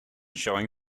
showing